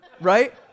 right